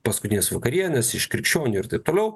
paskutinės vakarienės iš krikščionių ir taip toliau